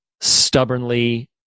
stubbornly